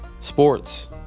sports